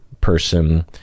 person